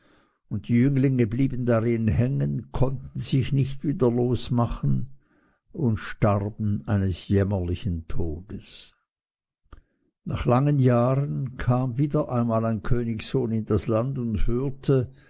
und die jünglinge blieben darin hängen konnten sich nicht wieder losmachen und starben eines jämmerlichen todes nach langen jahren kam wieder einmal ein königssohn in das land und hörte